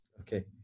Okay